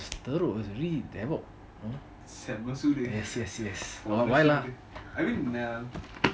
through was really yes yes yes why lah